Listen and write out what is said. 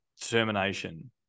determination